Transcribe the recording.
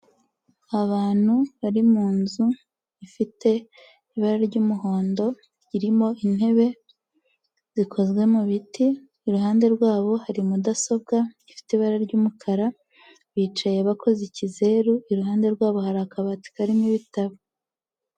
Abantu bari mu nzu ifite ibara ry'umuhondo, irimo intebe zikozwe mu biti, iruhande rwabo hari mudasobwa ifite ibara ry'umukara, bicaye bakoze ikizeru, iruhande rwabo hari akabati karimo ibitabo.